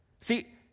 See